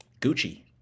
Gucci